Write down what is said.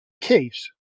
case